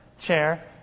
Chair